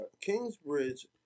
Kingsbridge